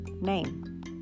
name